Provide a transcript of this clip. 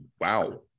Wow